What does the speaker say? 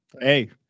Hey